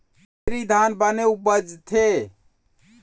कावेरी धान बने उपजथे?